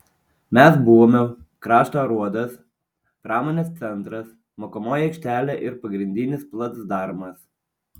mes buvome krašto aruodas pramonės centras mokomoji aikštelė ir pagrindinis placdarmas